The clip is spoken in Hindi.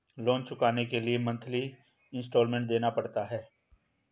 लोन चुकाने के लिए मंथली इन्सटॉलमेंट देना पड़ता है